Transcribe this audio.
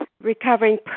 recovering